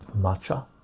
matcha